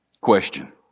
question